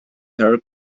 her